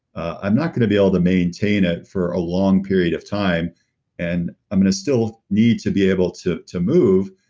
i'm not going to be able to maintain it for a long period of time and i'm going to still need to be able to to move,